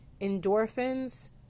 Endorphins